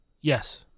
Yes